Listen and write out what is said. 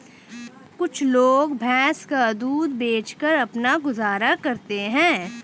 कुछ लोग भैंस का दूध बेचकर अपना गुजारा करते हैं